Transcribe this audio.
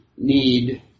need